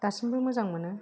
दासिमबो मोजां मोनो